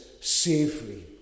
safely